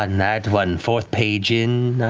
um that one, fourth page in,